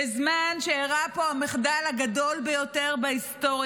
בזמן שאירע פה המחדל הגדול בהיסטוריה,